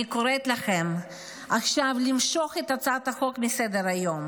אני קוראת למשוך את הצעת החוק מסדר-היום.